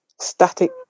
static